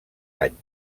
anys